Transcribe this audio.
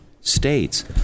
States